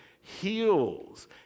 heals